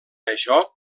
això